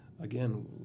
again